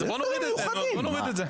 אז בו נוריד את זה.